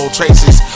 traces